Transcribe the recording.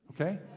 okay